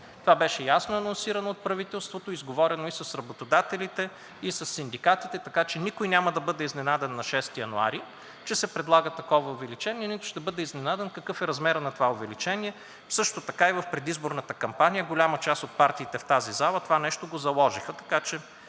Това беше ясно анонсирано от правителството, изговорено и с работодателите, и със синдикатите, така че на 6 януари никой няма да бъде изненадан, че се предлага такова увеличение, нито ще бъде изненадан какъв е размерът на това увеличение. Също така и в предизборните си кампании голяма част от партиите в тази зала го заложиха, така че